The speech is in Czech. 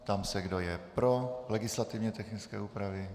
Ptám se, kdo je pro legislativně technické úpravy.